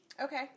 Okay